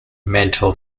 mental